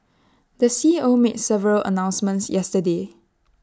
the C E O made several announcements yesterday